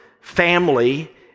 family